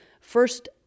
first